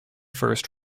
first